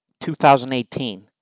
2018